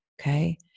Okay